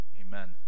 amen